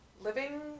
living